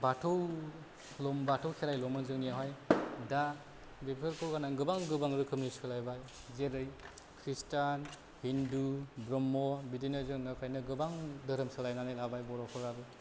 बाथौल' बाथौ खेरायोल'मोन जोंनियावहाय दा बेफोरखौ होनो गोबां गोबां रोखोमनि सोलायबाय जेरै ख्रिस्थान हिन्दु ब्रह्म बिदिनो जोनोमनिफ्रायनो गोबां धोरोम सोलायनानै लाबाय बर'फो